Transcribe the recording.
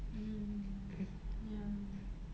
mm ya